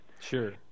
Sure